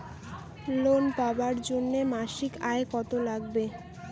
Loan পাবার জন্যে মাসিক আয় কতো লাগবে?